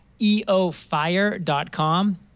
eofire.com